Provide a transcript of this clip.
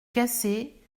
cassé